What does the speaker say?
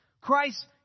Christ